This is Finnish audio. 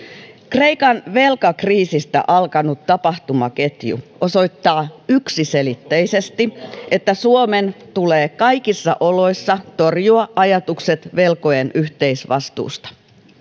kreikan velkakriisistä alkanut tapahtumaketju osoittaa yksiselitteisesti että suomen tulee kaikissa oloissa torjua ajatukset velkojen yhteisvastuusta